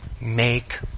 Make